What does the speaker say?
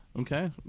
Okay